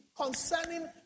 Concerning